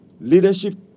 leadership